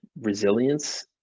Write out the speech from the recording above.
resilience